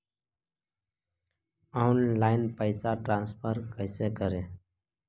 Online पैसा transfer कैसे करे?